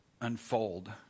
unfold